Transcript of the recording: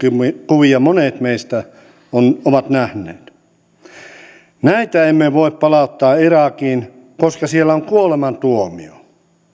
kuvia monet meistä ovat nähneet näitä emme voi palauttaa irakiin koska siellä on kuolemantuomio